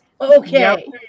Okay